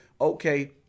okay